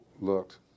looked